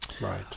Right